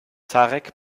tarek